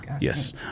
Yes